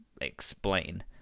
explain